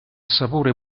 sapore